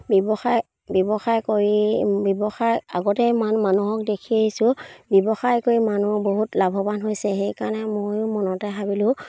ব্যৱসায় ব্যৱসায় কৰি ব্যৱসায় আগতে ইমান মানুহক দেখি আহিছোঁ ব্যৱসায় কৰি মানুহ বহুত লাভৱান হৈছে সেইকাৰণে ময়ো মনতে ভাবিলোঁ